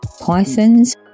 Pythons